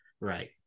right